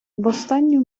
останню